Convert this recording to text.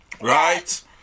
Right